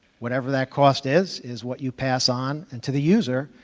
whatever that cost is is what you pass on and to the user,